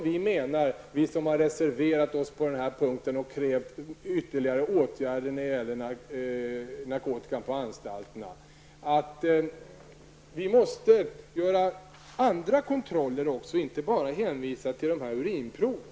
Vi som har reserverat oss på denna punkt och som kräver ytterligare åtgärder när det gäller narkotikan på anstalterna menar att det måste till andra kontroller också. Det går inte att bara hänvisa till urinproven.